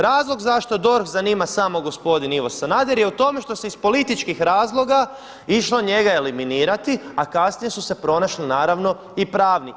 Razlog zašto DORH zanima samo gospodin Ivo Sanader je u tome što se iz političkih razloga išlo njega eliminirati, a kasnije su se pronašli naravno i pravnik.